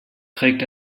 trägt